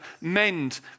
mend